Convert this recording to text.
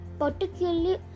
particularly